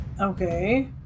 Okay